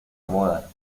moda